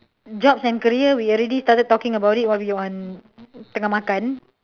jobs and career we already started talking about it while we on tengah makan